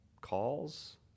calls